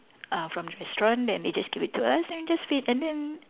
uh from the restaurant then they just gave it to us then we just feed and then